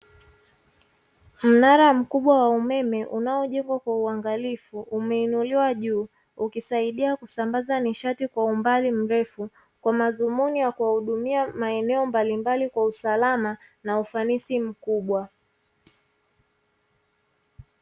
Mnara mkubwa wa umeme unaojengwa kwa uangalifu, umeinuliwa juu ukisaidia kusambaza nishati kwa umbali mrefu kwa madhumuni ya kuwahudumia maeneo mbalimbali kwa usalama na ufanisi mkubwa.